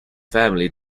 family